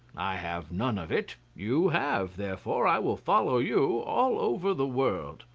i have none of it you have, therefore i will follow you all over the world.